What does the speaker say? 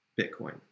Bitcoin